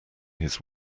his